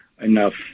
enough